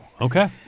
Okay